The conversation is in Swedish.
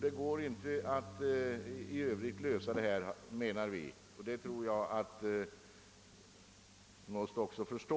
Det går inte att lösa detta separat, menar vi, och det tror jag att man också måste förstå.